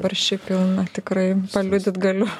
barščiai pilna tikrai paliudyt galiu